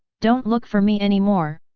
don't look for me anymore!